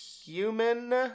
human